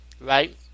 right